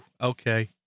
Okay